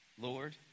Lord